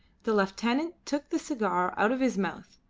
the lieutenant took the cigar out of his mouth,